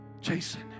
Jason